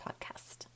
podcast